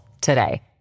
today